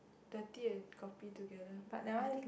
the tea and coffee together I think